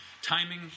Timing